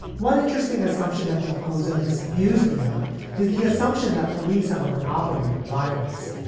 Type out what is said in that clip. one interesting assumption that del pozo disabused me of is the assumption that police have a monopoly on violence.